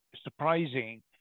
surprising